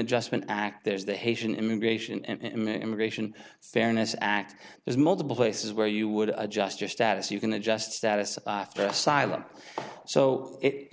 adjustment act there's the haitian immigration and immigration fairness act there's multiple places where you would adjust your status you can adjust status after asylum so it